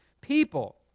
people